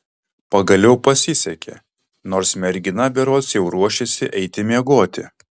pagaliau pasisekė nors mergina berods jau ruošėsi eiti miegoti